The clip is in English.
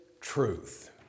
truth